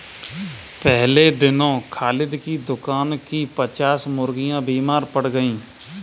पिछले दिनों खालिद के दुकान की पच्चास मुर्गियां बीमार पड़ गईं